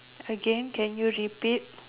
again can you repeat